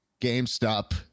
GameStop